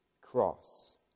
cross